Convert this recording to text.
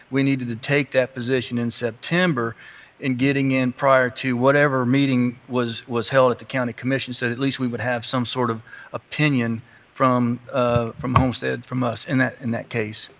we needed to take that position in september and getting in prior to whatever meeting was was held at the county commission, so at least we would have some sort of opinion from ah from homestead from us in that in that case.